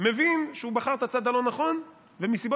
מבין שהוא בחר את הצד הלא-נכון ומסיבות